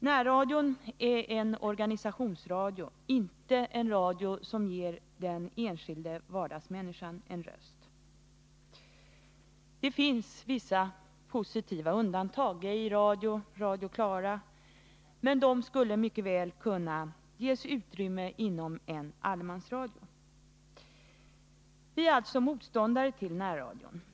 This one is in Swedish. Närradion är en organisationsradio, inte en radio som ger den enskilda vardagsmänniskan en röst. Det finns vissa positiva undantag — Gay Radio, Radio Klara — men de skulle mycket väl kunna ges utrymme inom en allemansradio. Vi är alltså motståndare till närradion.